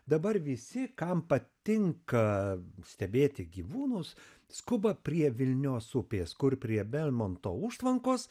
dabar visi kam patinka stebėti gyvūnus skuba prie vilnios upės kur prie belmonto užtvankos